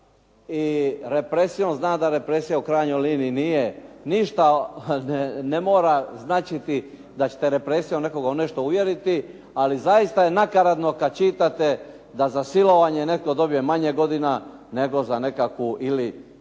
i represijom, znam da represija u krajnjoj liniji nije ništa, ne mora značiti da ćete represijom nekoga u nešto uvjeriti, ali zaista je nakaradno kad čitate da za silovanje netko dobije manje godina nego za nekakvu ili